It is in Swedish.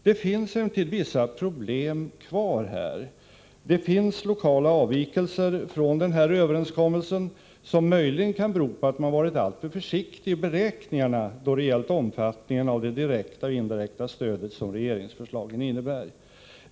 Det finns emellertid vissa problem kvar här — det finns lokala avvikelser från denna överenskommelse som möjligen kan bero på att man varit alltför försiktig i sina beräkningar då det gällt omfattningen av det direkta och indirekta stöd som regeringsförslagen innebär.